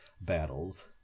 battles